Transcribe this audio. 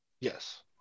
Yes